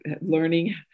learning